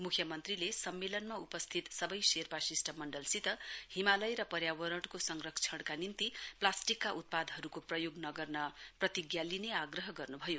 मुख्य मन्त्रीले सम्मेलनमा उपस्थित सवै शेर्पा शिष्टमण्डलसित हिमालय र पर्यावरणको संरक्षणका निम्ति प्लास्टिकका उत्पादहरुको प्रयोग नगर्ने प्रतिज्ञा लिने आग्रह गर्नुभयो